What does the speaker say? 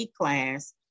class